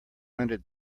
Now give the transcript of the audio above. rented